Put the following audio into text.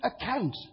account